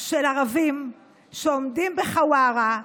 של ערבים שעומדים בחווארה,